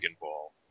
Ball